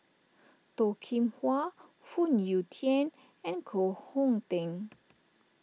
Toh Kim Hwa Phoon Yew Tien and Koh Hong Teng